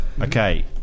okay